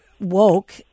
woke